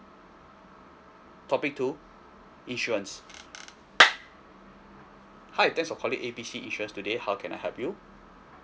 topic two insurance hi thanks for calling A B C insurance today how can I help you